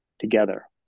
together